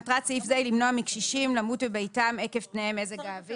מטרת סעיף זה היא למנוע מקשישים למות בביתם עקב תנאי מזג האוויר.